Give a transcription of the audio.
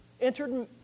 entered